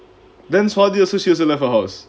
then swathi also she also left her house